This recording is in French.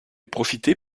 profité